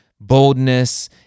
boldness